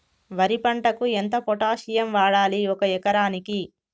వరి పంటకు ఎంత పొటాషియం వాడాలి ఒక ఎకరానికి?